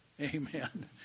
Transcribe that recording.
Amen